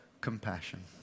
compassion